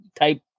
type